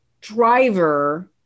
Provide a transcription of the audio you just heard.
driver